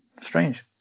Strange